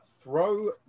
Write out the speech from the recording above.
throw